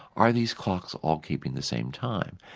are these clocks all keeping the same time?